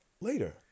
later